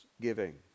giving